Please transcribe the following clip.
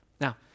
Now